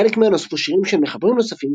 לחלק מהן נוספו שירים של מחברים נוספים,